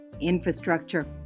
Infrastructure